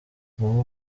wowe